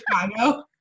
Chicago